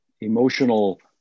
emotional